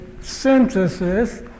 synthesis